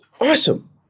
awesome